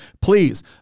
please